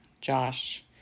Josh